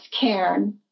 cairn